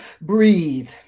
breathe